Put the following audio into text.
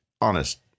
Honest